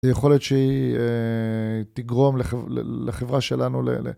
זו יכולת שהיא תגרום לחברה שלנו ל...